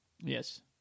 yes